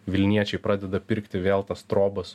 vilniečiai pradeda pirkti vėl tos trobas